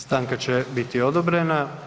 Stanka će biti odobrena.